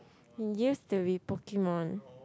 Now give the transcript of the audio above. it used to be Pokemon